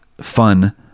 fun